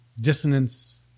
dissonance